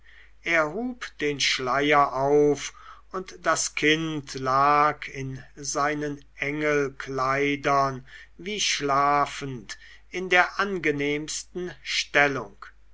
er hub den schleier auf und das kind lag in seinen engelkleidern wie schlafend in der angenehmsten stellung